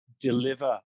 deliver